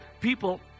people